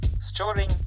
storing